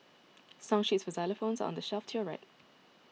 song sheets for xylophones are on the shelf to your right